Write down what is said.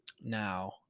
Now